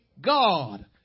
God